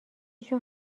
شون